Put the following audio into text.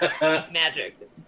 Magic